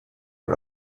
are